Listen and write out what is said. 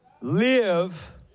Live